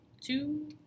two